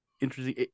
interesting